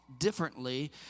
Differently